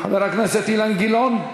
חבר הכנסת אילן גילאון.